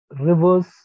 rivers